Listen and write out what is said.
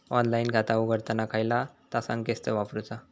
Online खाता उघडताना खयला ता संकेतस्थळ वापरूचा?